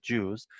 Jews